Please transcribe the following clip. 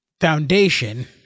Foundation